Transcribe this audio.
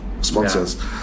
sponsors